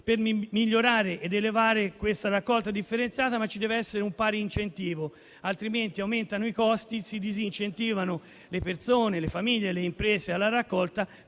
di migliorare ed elevare la raccolta differenziata. Ci deve però essere un pari incentivo, altrimenti aumentano i costi e si disincentivano le persone, le famiglie e le imprese alla raccolta,